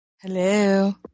Hello